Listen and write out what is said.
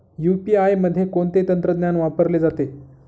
UPI मध्ये कोणते तंत्रज्ञान वापरले जाते?